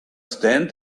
stand